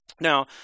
Now